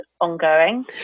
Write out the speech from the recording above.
ongoing